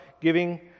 giving